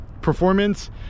performance